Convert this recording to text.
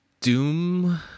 doom